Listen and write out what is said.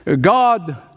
God